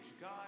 God